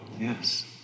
Yes